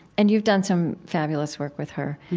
and you've done some fabulous work with her.